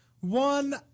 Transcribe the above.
One